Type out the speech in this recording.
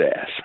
ass